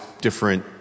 different